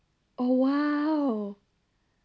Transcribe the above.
oh !wow!